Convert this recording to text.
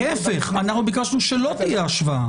להיפך, אנחנו ביקשנו שלא תהיה השוואה.